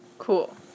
Cool